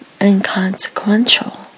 inconsequential